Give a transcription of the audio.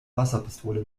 wasserpistole